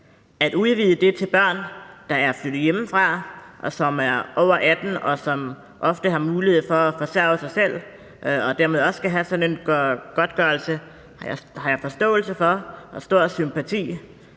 At udvide det til børn, der er flyttet hjemmefra, og som er over 18 år, og som ofte har mulighed for at forsørge sig selv og dermed også skal have sådan en godtgørelse, har jeg forståelse for og stor sympati